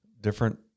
different